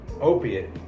opiate